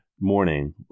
morning